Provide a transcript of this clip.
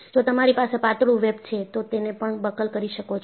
જો તમારી પાસે પાતળું વેબ છે તો તેને પણ બકલ કરી શકો છો